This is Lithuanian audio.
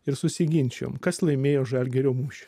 ir susiginčijom kas laimėjo žalgirio mūšį